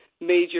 major